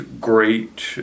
great